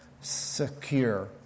secure